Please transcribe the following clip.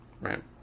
Right